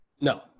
No